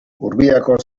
urbiako